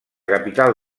capital